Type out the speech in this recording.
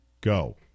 go